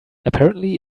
apparently